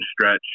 stretch